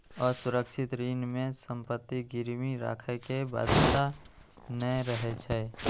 असुरक्षित ऋण मे संपत्ति गिरवी राखै के बाध्यता नै रहै छै